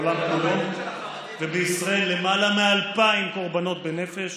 בעולם כולו, ובישראל, למעלה מ-2,000 קורבנות בנפש